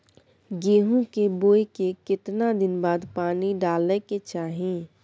गेहूं के बोय के केतना दिन बाद पानी डालय के चाही?